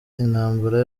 intambara